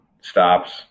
stops